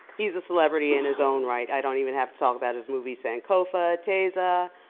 he's a celebrity in his own right. i don't even have to talk about his movies sankofa, teza,